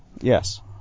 Yes